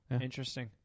Interesting